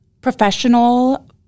professional